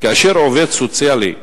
כאשר עובד סוציאלי יהודי,